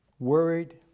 worried